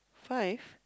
five